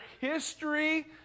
history